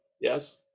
Yes